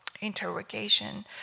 interrogation